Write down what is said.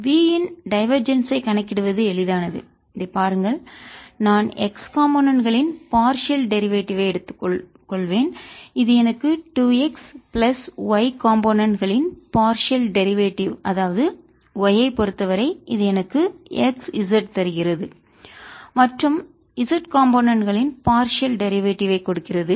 V இன் divergence ஐ கணக்கிடுவது எளிதானது இதைப் பாருங்கள் நான் x காம்போனென்ட் கூறுகளின் களின் பார்சியல் டெரிவேட்டிவ் ஐ எடுத்துக் கொள்வேன் இது எனக்கு 2x பிளஸ் y காம்போனென்ட் கூறுகளின் களின் பார்சியல் டெரிவேட்டிவ் அதாவது y ஐப் பொறுத்தவரை இது எனக்கு xz தருகிறது மற்றும் z காம்போனென்ட் கூறுகளின் களின் பார்சியல் டெரிவேட்டிவ் ஐ கொடுக்கிறது